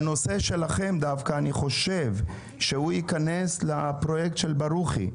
אני חושב שהנושא שלכם ייכנס לפרויקט של חבר הכנסת ברוכי.